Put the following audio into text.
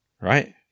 right